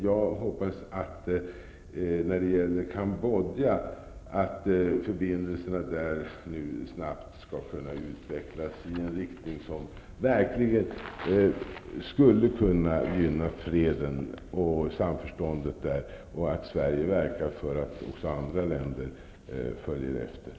Jag hoppas när det gäller Cambodja att förbindelserna med det landet snabbt skall kunna utvecklas i en riktning som verkligen kan gynna freden och samförståndet där och att Sverige verkar för att också andra länder följer efter.